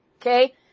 Okay